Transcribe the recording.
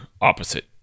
opposite